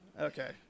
Okay